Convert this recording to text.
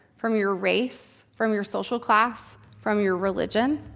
from your race, from your social class, from your religion?